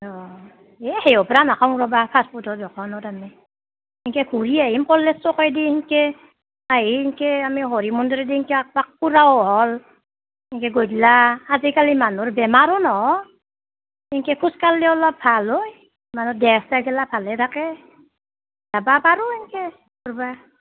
অঁ এ সেই সপৰা নাখং ৰ'বা ফাষ্ট ফুডৰ দোকনত এনে ইনকে ঘূৰি আহিম কৈলাৰ চ'কেদি সিনকে আহি ইনকে আমি হৰি মন্দিৰেদি ইনকে একপাক ফুৰাও হ'ল ইনকে গইধলা আজিকালি মানুহোৰ বেমাৰো ন'হ ইনকে খুজ কাল্লি অলপ ভাল হয় মানুহোৰ দেহ চেহ গিলা ভালে থাকে যাব পাৰু ইনকে ফুৰিব